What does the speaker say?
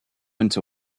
went